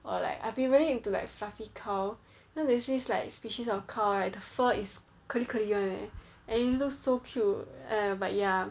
or like I've been really into like fluffy cow then there's this like species of cow right the fur is curly curly [one] leh and it looks so cute !aiya! but ya